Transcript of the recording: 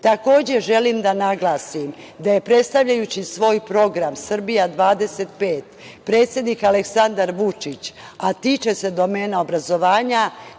želim da naglasim da je predstavljajući svoj program „Srbija 2025“, predsednik Aleksandar Vučić, a tiče se domena obrazovanja,